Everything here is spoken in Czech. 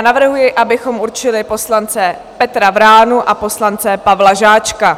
Navrhuji, abychom určili poslance Petra Vránu a poslance Pavla Žáčka.